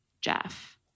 Jeff